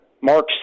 Mark